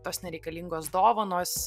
tos nereikalingos dovanos